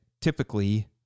typically